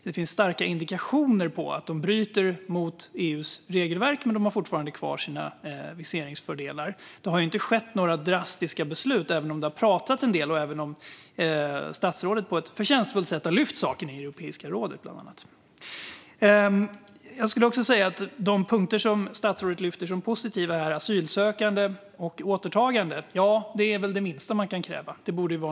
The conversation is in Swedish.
Det finns starka indikationer på att vissa länder bryter mot EU:s regelverk, men dessa länder har fortfarande kvar sina viseringsfördelar. Det har ju inte fattats några drastiska beslut, även om det har pratats en del och även om statsrådet på ett förtjänstfullt sätt har tagit upp saken i bland annat Europeiska rådet. De punkter som statsrådet lyfter fram som positiva är asylsökande och återtagande. Detta är väl det minsta man kan kräva.